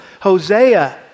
Hosea